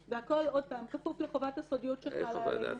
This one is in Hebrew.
והכול, עוד פעם, כפוף לחובת הסודיות שחלה עלינו.